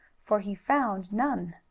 for he found none.